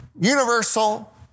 universal